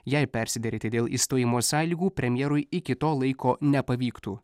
jei persiderėti dėl išstojimo sąlygų premjerui iki to laiko nepavyktų